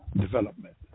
development